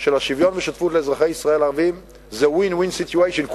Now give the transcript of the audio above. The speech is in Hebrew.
של השוויון והשותפות לאזרחי ישראל ערבים זה win-win situation,